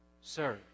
Sir